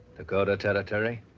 dakota territory.